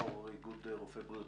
יו"ר איגוד רופאי בריאות